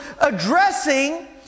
addressing